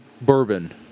bourbon